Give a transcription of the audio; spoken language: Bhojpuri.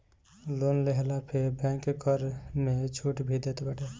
लोन लेहला पे बैंक कर में छुट भी देत बाटे